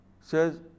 says